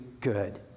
good